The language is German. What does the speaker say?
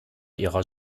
ihrer